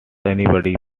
anybody